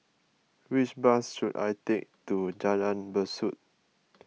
which bus should I take to Jalan Besut